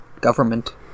government